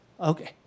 Okay